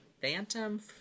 phantom